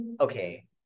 Okay